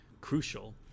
crucial